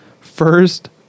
First